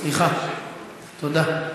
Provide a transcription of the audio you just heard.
סליחה, תודה.